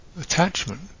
attachment